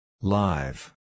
Live